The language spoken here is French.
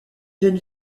jeune